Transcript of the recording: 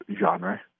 genre